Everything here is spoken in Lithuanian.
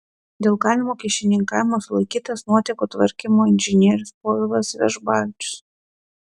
dėl galimo kyšininkavimo sulaikytas nuotėkų tvarkymo inžinierius povilas vežbavičius